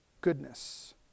goodness